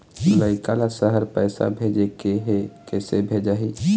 लइका ला शहर पैसा भेजें के हे, किसे भेजाही